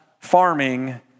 Farming